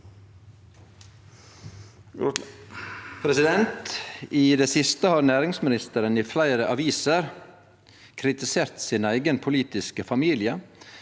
I det siste har nærings- ministeren i fleire aviser kritisert sin eigen politiske familie